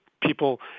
people